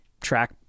track